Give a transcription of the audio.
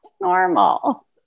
normal